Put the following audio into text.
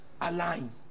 Align